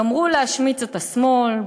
גמרו להשמיץ את השמאל,